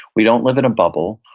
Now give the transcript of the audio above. we don't live in a bubble.